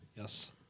Yes